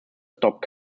stopped